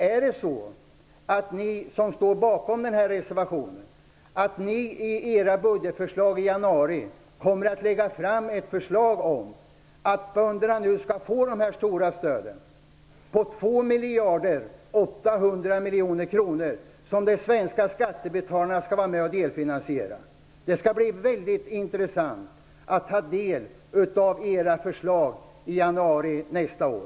Kommer ni som står bakom den här reservationen att i era budgetförslag i januari lägga fram ett förslag om att bönderna skall få dessa stora stöd på 2 miljarder 800 000 miljoner kronor som de svenska skattebetalarna skall vara med och delfinansiera? Det skall bli väldigt intressant att ta del av era förslag i januari nästa år.